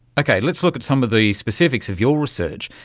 okay, let's look at some of the specifics of your research.